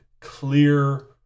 clear